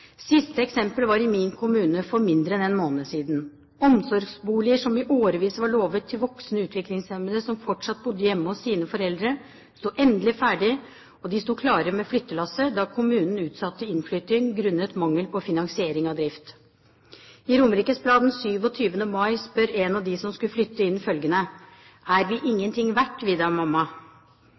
siste eksemplet var i min kommune for mindre enn en måned siden. Omsorgsboliger som i årevis var lovet til voksne utviklingshemmede som fortsatt bodde hjemme hos sine foreldre, sto endelig ferdig, og de sto klare med flyttelasset da kommunen utsatte innflytting grunnet mangel på finansiering av driften. I Romerikes blad den 27. mai spør en av dem som skulle flytte inn om følgende: «Er jeg ikke verdt noe jeg, da, mamma?»